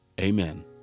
Amen